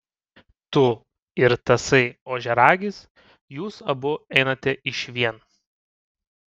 tu ir tasai ožiaragis jūs abu einate išvien